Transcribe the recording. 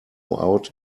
out